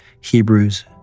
Hebrews